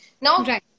now